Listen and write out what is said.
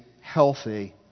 healthy